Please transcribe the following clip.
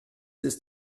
ist